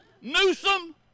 Newsom